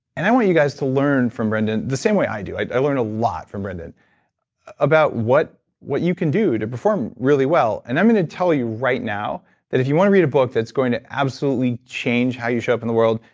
and i want you guys to learn from brendon the same way i do. i i learn a lot from brendon about what what you can do to perform really well and i'm gonna tell you right now that if you want to read a book that's going to absolutely change how you show up in the world,